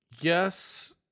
Yes